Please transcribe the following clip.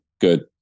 good